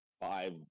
five